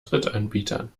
drittanbietern